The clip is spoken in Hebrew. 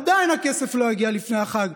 עדיין הכסף לא יגיע לפני החג.